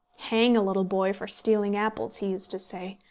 hang a little boy for stealing apples, he used to say,